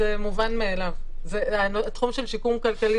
לגבי בעלי תפקידים,